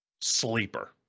sleeper